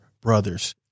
brothers